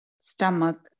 stomach